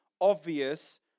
obvious